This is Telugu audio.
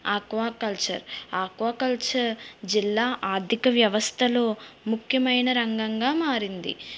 ఆక్వా కల్చర్ ఆక్వా కల్చర్ జిల్లా ఆర్థిక వ్యవస్థలో ముఖ్యమైన రంగంగా మారింది